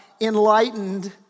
enlightened